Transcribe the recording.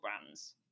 brands